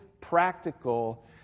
practical